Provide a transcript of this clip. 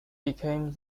became